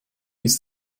ist